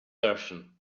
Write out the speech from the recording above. version